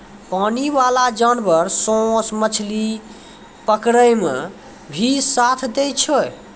पानी बाला जानवर सोस मछली पकड़ै मे भी साथ दै छै